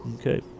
Okay